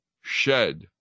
shed